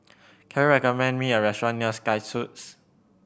can you recommend me a restaurant near Sky Suites